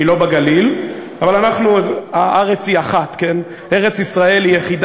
היא לא בגליל, אבל אנחנו, הארץ היא אחת, כן.